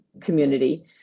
community